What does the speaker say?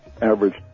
average